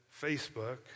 Facebook